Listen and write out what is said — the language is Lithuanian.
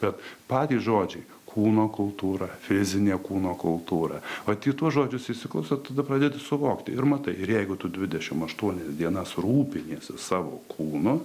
bet patys žodžiai kūno kultūra fizinę kūno kultūra vat į tuos žodžius įsiklausot tada pradedi suvokti ir matai ir jeigu tu dvidešimt aštuonias dienas rūpiniesi savo kūnu